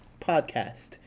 podcast